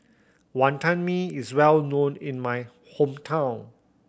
Wantan Mee is well known in my hometown